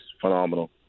phenomenal